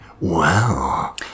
wow